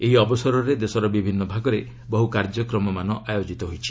ଏହି ଅବସରରେ ଦେଶର ବିଭିନ୍ନ ଭାଗରେ ବହ୍ କାର୍ଯ୍ୟକ୍ରମମାନ ଆୟୋଜିତ ହୋଇଛି